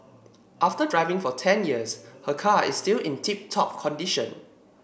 after driving for ten years her car is still in tip top condition